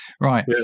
Right